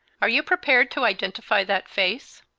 are you prepared to identify that face?